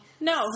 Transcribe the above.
no